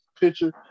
picture